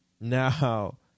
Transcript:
Now –